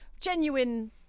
genuine